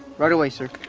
right away, sir.